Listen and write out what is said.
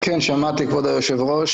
כן, שמעתי כבוד היושב-ראש.